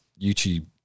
youtube